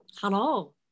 Hello